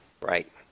Right